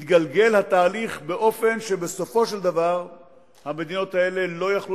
התגלגל התהליך כך שבסופו של דבר הן לא יכלו